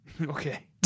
Okay